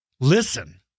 listen